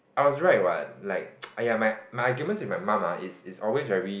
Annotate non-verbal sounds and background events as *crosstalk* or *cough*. I was right what like *noise* !aiya! my my arguments with my mom ah is is always very